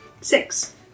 Six